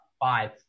five